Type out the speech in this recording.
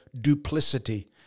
duplicity